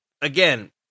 again